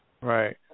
Right